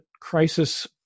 crisis